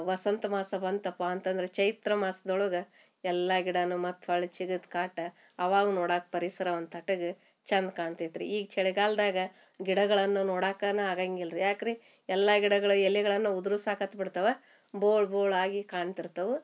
ವಸಂತ ಮಾಸ ಬಂತಪ್ಪಾ ಅಂತಂದ್ರೆ ಚೈತ್ರ ಮಾಸ್ದೊಳಗ ಎಲ್ಲಾ ಗಿಡನು ಮತ್ತು ಹೊಳ್ಳಿ ಚಿಗುರ್ದ ಕಾಟಾ ಆವಾಗ ನೋಡಾಕೆ ಪರಿಸರ ಒಂದು ತಟಗೆ ಚಂದ ಕಾಣ್ತೈತಿ ರೀ ಈಗ ಚಳಿಗಾಲ್ದಾಗ ಗಿಡಗಳನ್ನು ನೋಡಾಕ್ಕನ ಆಗಂಗಿಲ್ರಿ ಯಾಕ್ರೀ ಎಲ್ಲಾ ಗಿಡಗಳು ಎಲೆಗಳನ್ನ ಉದುರುಸಾಕತು ಬಿಡ್ತವ ಬೋಳು ಬೋಳಾಗಿ ಕಾಣ್ತಿರ್ತವು